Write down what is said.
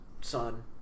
son